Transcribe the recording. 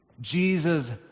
Jesus